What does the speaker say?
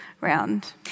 round